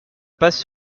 passe